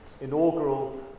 inaugural